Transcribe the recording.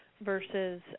versus